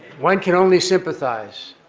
one can only sympathize.